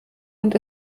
und